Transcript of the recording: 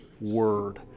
word